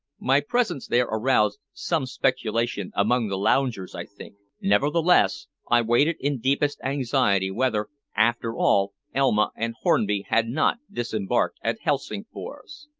my presence there aroused some speculation among the loungers, i think nevertheless, i waited in deepest anxiety whether, after all, elma and hornby had not disembarked at helsingfors.